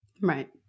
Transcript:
Right